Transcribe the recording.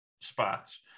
spots